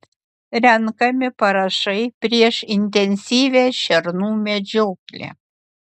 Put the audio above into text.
renkami parašai prieš intensyvią šernų medžioklę